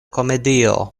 komedio